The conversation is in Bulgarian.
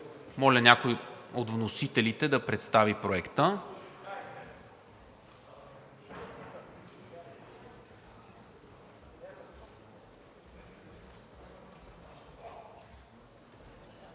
Моля някой от вносителите да представи Проекта.